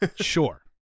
Sure